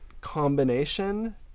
combination